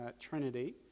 Trinity